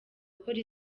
akora